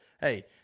hey